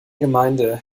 gemeinde